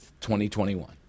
2021